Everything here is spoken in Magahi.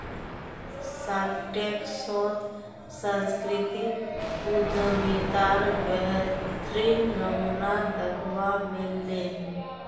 शार्कटैंक शोत सांस्कृतिक उद्यमितार बेहतरीन नमूना दखवा मिल ले